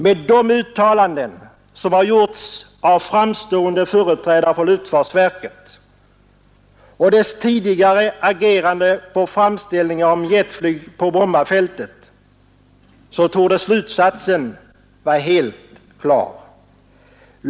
Med hänsyn till de uttalanden som har gjorts av framstående företrädare för luftfartsverket och verkets tidigare agerande efter framställningar om jetflyg på Brommafältet torde slutsatsen vara helt klar.